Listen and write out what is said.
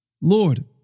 Lord